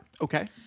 Okay